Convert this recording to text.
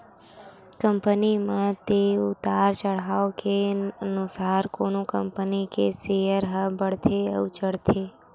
company मन के उतार चड़हाव के अनुसार कोनो कंपनी के सेयर ह बड़थे अउ चढ़थे